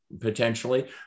potentially